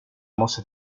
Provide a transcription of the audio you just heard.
måste